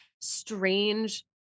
strange